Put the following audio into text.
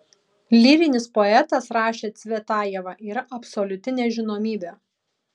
lyrinis poetas rašė cvetajeva yra absoliuti nežinomybė